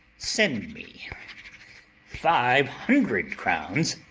send me five hundred crowns,